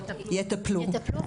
יטפלו.